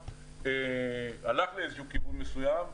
הלך לאיזשהו כיוון מסוים,